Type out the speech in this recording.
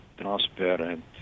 transparent